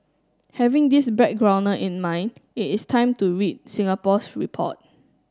having this backgrounder in mind it is time to read Singapore's report